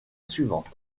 suivante